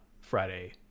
Friday